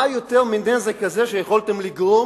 מה יותר מנזק כזה שיכולתם לגרום,